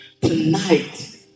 Tonight